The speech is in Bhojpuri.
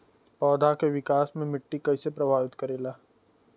पौधा के विकास मे मिट्टी कइसे प्रभावित करेला?